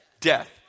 death